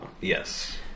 Yes